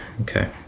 okay